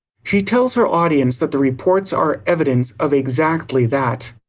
she tells her audience that the reports are evidence of exactly that.